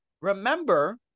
remember